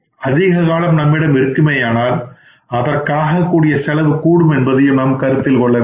அதிககாலம் நம்மிடம் இருக்குமேயானால் அதற்கான செலவும் கூடும் என்பதை கருத்தில் கொள்ள வேண்டும்